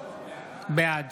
בעד